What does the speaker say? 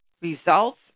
results